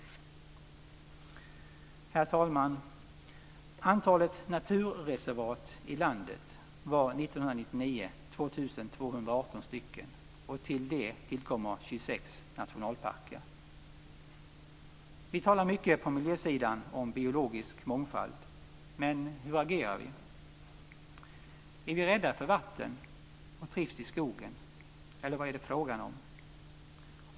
Herr talman! Antalet naturreservat i landet 1999 var 2 218, och till det kommer 26 nationalparker. Vi talar mycket på miljösidan om biologisk mångfald, men hur agerar vi? Är vi rädda för vatten och trivs i skogen, eller vad är det frågan om?